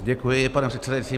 Děkuji, pane předsedající.